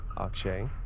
Akshay